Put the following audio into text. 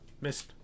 Missed